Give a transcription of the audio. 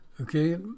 Okay